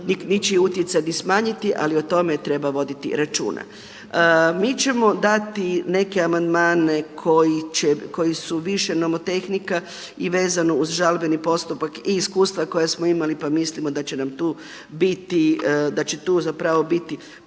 ničiji utjecaj smanjiti ali o tome treba voditi računa. Mi ćemo dati neke amandmane koji su više nomotehnika i vezano uz žalbeni postupak i iskustva koja smo imali pa mislimo da će nam tu biti, da će tu zapravo biti